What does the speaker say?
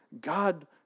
God